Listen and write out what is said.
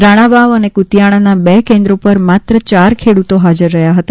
રાણાવાવ અને કુતિયાણાના બે કેન્દ્રો પર માત્ર ચા ખેડૂતો હાજર રહ્યા હતા